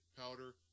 powder